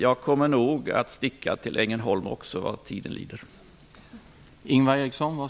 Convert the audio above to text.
Jag kommer nog att åka också till Ängelholm vad tiden lider.